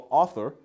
author